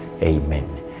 Amen